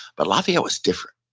but lafayette was different.